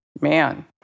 man